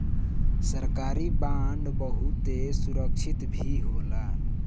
सरकारी बांड बहुते सुरक्षित भी होला